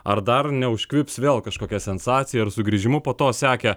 ar dar neužkvips vėl kažkokia sensacija ar sugrįžimu po to sekė